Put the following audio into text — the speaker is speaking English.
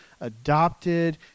adopted